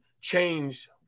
change